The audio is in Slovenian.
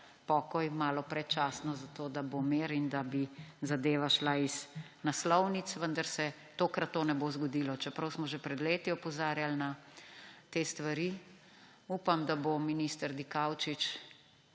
pokoj malo predčasno, zato da bo mir in da bi zadeva šla iz naslovnic, vendar se tokrat to ne bo zgodilo. Čeprav smo že pred leti opozarjali na te stvari, upam, da bo minister Dikaučič